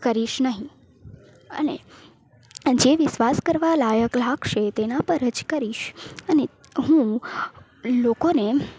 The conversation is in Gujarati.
કરીશ નહીં અને જે વિશ્વાસ કરવા લાયક લાગશે તેના પર જ કરીશ અને હું લોકોને